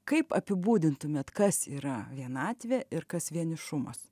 kaip apibūdintumėt kas yra vienatvė ir kas vienišumas